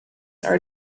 are